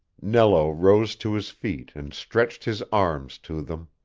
nello rose to his feet and stretched his arms to them